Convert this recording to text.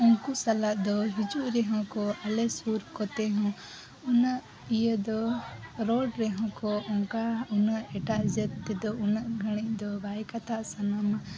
ᱩᱱᱠᱩ ᱥᱟᱞᱟᱜ ᱫᱳ ᱦᱤᱡᱩᱜ ᱨᱮᱦᱚᱸ ᱠᱚ ᱟᱞᱮ ᱥᱩᱨ ᱠᱚᱛᱮ ᱦᱚᱸ ᱩᱱᱟᱹᱜ ᱤᱭᱟᱹ ᱫᱚ ᱨᱚᱲ ᱨᱮᱦᱚᱸ ᱠᱚ ᱚᱱᱠᱟ ᱩᱱᱟᱹᱜ ᱮᱴᱟᱜ ᱡᱟᱹᱛ ᱛᱮᱫᱚ ᱩᱱᱟᱹᱜ ᱜᱷᱟᱹᱲᱤᱡ ᱫᱚ ᱵᱟᱭ ᱠᱟᱛᱷᱟ ᱥᱟᱱᱟᱢᱟ